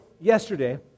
yesterday